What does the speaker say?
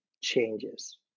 changes